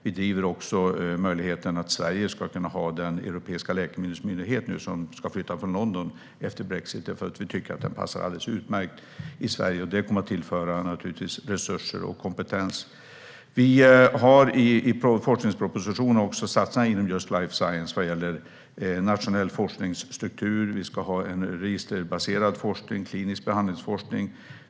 Vi driver också möjligheten att Sverige ska få den europeiska läkemedelsmyndighet som ska flytta från London efter brexit. Vi tycker att den passar alldeles utmärkt i Sverige. Det kommer naturligtvis att tillföra resurser och kompetens. Regeringen har i forskningspropositionen satsningar inom just life science vad gäller nationell forskningsstruktur. Det ska vara en registerbaserad forskning och klinisk behandlingsforskning.